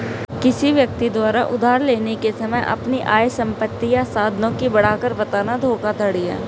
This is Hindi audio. किसी व्यक्ति द्वारा उधार लेने के समय अपनी आय, संपत्ति या साधनों की बढ़ाकर बताना बंधक धोखाधड़ी है